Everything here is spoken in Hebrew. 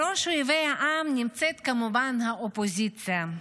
בראש אויבי העם נמצאת כמובן האופוזיציה,